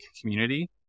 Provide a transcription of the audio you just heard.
community